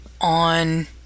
on